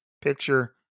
picture